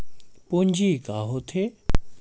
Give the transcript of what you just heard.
पूंजी का होथे?